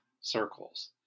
circles